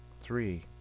three